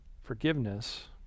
forgiveness